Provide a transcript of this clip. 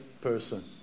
person